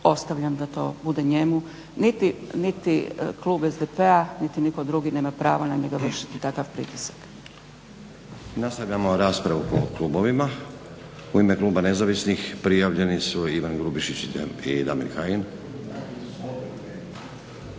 ostavljam da to bude njemu, niti klub SDP-a niti nitko drugi nema pravo na njega vršiti takav pritisak. **Stazić, Nenad (SDP)** Nastavljamo raspravu po klubovima. U ime kluba nezavisnih prijavljeni su Ivan Grubišić i Damir Kajin.